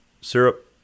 Syrup